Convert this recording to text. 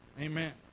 Amen